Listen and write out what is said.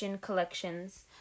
collections